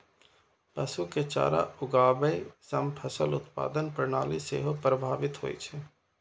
पशु के चारा उगाबै सं फसल उत्पादन प्रणाली सेहो प्रभावित होइ छै